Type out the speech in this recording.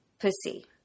pussy